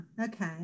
Okay